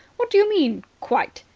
what do you mean quite?